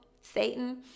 Satan